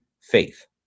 faith